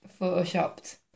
photoshopped